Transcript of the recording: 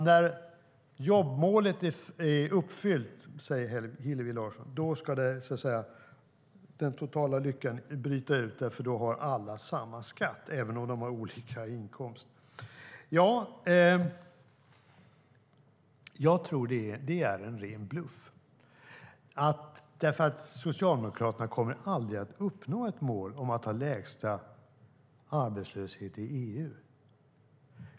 När jobbmålet är uppnått, säger Hillevi Larsson, ska, så att säga, den totala lyckan bryta ut. För då har alla samma skatt, även om de har olika inkomst. Jag tror att det är en ren bluff. Socialdemokraterna kommer nämligen aldrig att uppnå ett mål om att ha lägst arbetslöshet i EU.